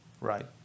right